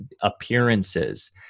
appearances